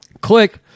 Click